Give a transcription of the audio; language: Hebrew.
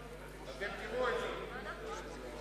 אתם תראו את זה.